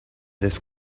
this